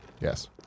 Yes